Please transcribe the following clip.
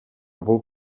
бул